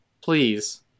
please